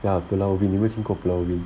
ya pulau ubin 你有没有听过 pulau ubin